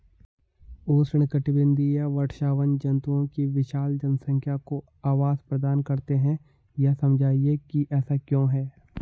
उष्णकटिबंधीय वर्षावन जंतुओं की विशाल जनसंख्या को आवास प्रदान करते हैं यह समझाइए कि ऐसा क्यों है?